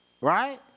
Right